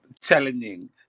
challenging